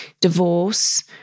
divorce